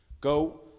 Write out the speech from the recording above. Go